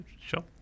Sure